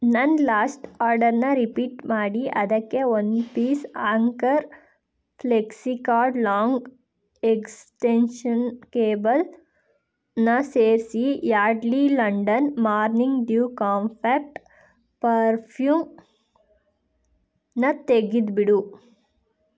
ನನ್ನ ಲಾಸ್ಟ್ ಆರ್ಡರನ್ನ ರಿಪೀಟ್ ಮಾಡಿ ಅದಕ್ಕೆ one piece Anchor flexi cord long extension ಕೇಬಲನ್ನ ಸೇರಿಸಿ Yardley London morning dew compact ಪರ್ಫ್ಯೂಮನ್ನ ತೆಗಿದ್ಬಿಡು